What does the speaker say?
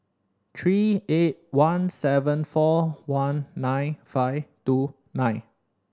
three eight one seven four one nine five two nine